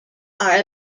are